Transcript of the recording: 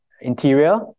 interior